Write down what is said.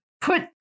put